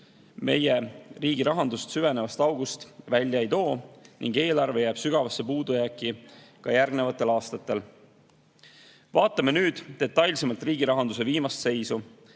meie riigi rahandust süvenevast august välja ei too ning eelarve jääb sügavasse puudujääki ka järgnevatel aastatel. Vaatame nüüd detailsemalt riigirahanduse viimast seisu.